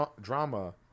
drama